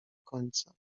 końca